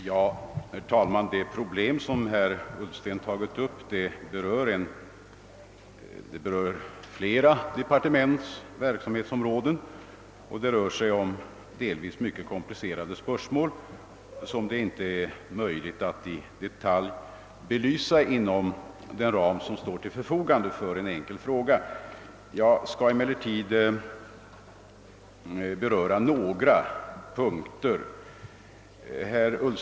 Herr talman! Det problem som herr Ullsten har tagit upp berör flera departements verksamhetsområden. Det gäller delvis mycket komplicerade spörsmål, som det inte är möjligt att i detalj belysa inom den tid som står till förfogande för en enkel fråga. Jag skall emellertid ta upp några punkter.